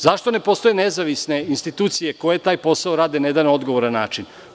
Zašto ne postoje nezavisne institucije koje taj posao rade na jedan odgovoran način?